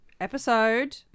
Episode